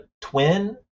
twin